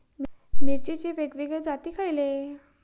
मिरचीचे वेगवेगळे जाती खयले?